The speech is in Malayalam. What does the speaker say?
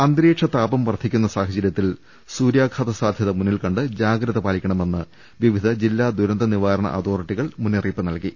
അന്തരീക്ഷതാപം വർധിക്കുന്ന സാഹചര്യത്തിൽ സൂര്യാഘാത സാധ്യത മുന്നിൽക്കണ്ട് ജാഗ്രത പാലിക്കണമെന്ന് വിവിധ ജില്ലാ ദുരന്ത നിവാരണ അതോറിറ്റികൾ മുന്നറിയിപ്പ് നൽകി